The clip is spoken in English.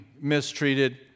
mistreated